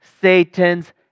Satan's